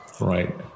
Right